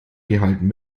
gehalten